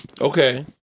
Okay